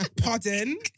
Pardon